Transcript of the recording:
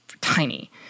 tiny